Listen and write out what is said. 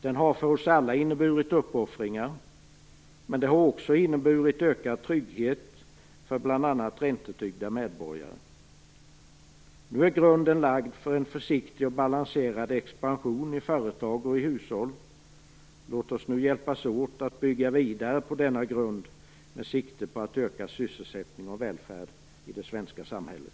Den har för oss alla inneburit uppoffringar, men den har också inneburit ökad trygghet för bl.a. räntetyngda medborgare. Nu är grunden lagd för en försiktig och balanserad expansion i företag och i hushåll. Låt oss hjälpas åt att bygga vidare på denna grund med sikte på att öka sysselsättning och välfärd i det svenska samhället.